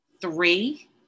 three